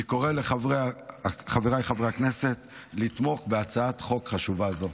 אני קורא לחבריי חברי הכנסת לתמוך בהצעת חוק חשובה זו.